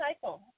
cycle